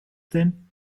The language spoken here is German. denn